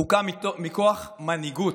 המסלול הוקם מכוח מנהיגות,